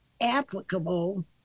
applicable